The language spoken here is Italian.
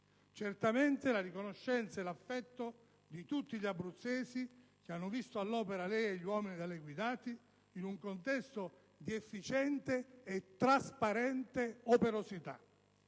certamente, la riconoscenza e l'affetto di tutti gli abruzzesi che hanno visto all'opera lei e gli uomini da lei guidati, in un contesto di efficiente e trasparente operosità,